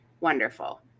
wonderful